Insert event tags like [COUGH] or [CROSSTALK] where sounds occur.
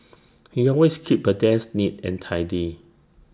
[NOISE] he always keeps her desk neat and tidy